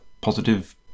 positive